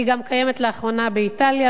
היא גם קיימת לאחרונה באיטליה,